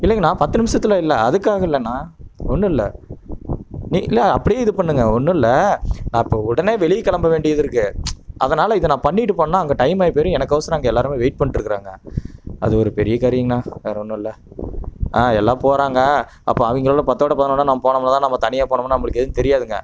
இல்லைங்கண்ணா பத்து நிமிஷத்தில் இல்லை அதுக்காக இல்லை அண்ணா ஒன்றும் இல்லை நீ இல்லை அப்படியே இது பண்ணுங்க ஒன்றும் இல்லை நான் இப்போ உடனே வெளியே கிளம்ப வேண்டியது இருக்குது அதனால் இதை நான் பண்ணிவிட்டு போனேன்னால் அங்கே டைம் ஆகிப் போயிடும் எனக்கோசரம் அங்கே எல்லாேருமே வெயிட் பண்ணிகிட்டு இருக்கிறாங்க அது ஒரு பெரிய காரியங்கண்ணா வேறு ஒன்றும் இல்லை ஆ எல்லாம் போகிறாங்க அப்போ அவங்களோட பத்தோடு பதினொன்றா நம்ம போனோம்னால் தான் நம்ம தனியாக போனோம்னால் நம்மளுக்கு எதுவும் தெரியாதுங்க